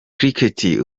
cricket